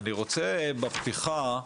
אני רוצה בפתיחה,